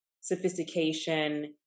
sophistication